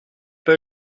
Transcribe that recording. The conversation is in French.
pas